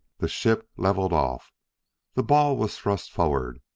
the ship levelled off the ball was thrust forward,